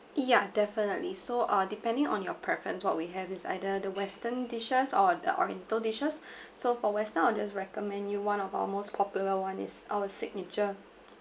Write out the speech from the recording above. yeah definitely so uh depending on your preference what we have is either the western dishes or the oriental dishes so for western I'll just recommend you one of our most popular one is our signature